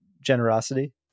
generosity